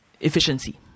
efficiency